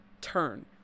turn